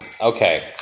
Okay